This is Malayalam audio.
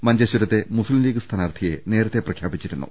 മഞ്ചേശ്വരത്തെ മുസ്ലീംലീഗ് സ്ഥാനാർത്ഥിയെ നേരത്തെ പ്രഖ്യാപിച്ചി രുന്നു